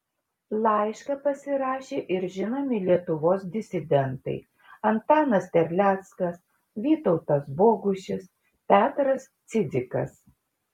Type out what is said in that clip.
laišką pasirašė ir žinomi lietuvos disidentai antanas terleckas vytautas bogušis petras cidzikas